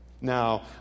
now